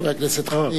חבר הכנסת חנין,